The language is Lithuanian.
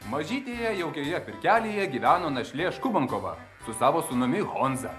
mažytėje jaukioje pirkelėje gyveno našlė škubankova su savo sūnumi honza